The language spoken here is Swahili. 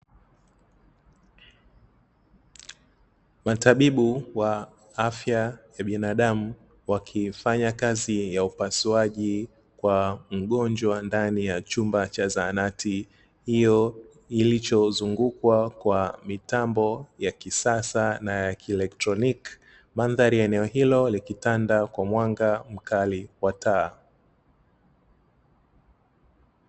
Matabibu wa afya ya binadamu wakifanya kazi ya upasuaji kwa mgonjwa ndani ya chumba cha zahanati hiyo, kilichozungukwa kwa mitambo ya kisasa na ya kielektroniki, mandhari ya eneo hilo likitanda kwa mwanga mkali wa taa.